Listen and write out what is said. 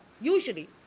usually